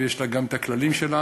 ויש לה גם כללים משלה,